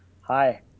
Hi